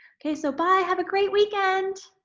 okay, so bye! have a great weekend!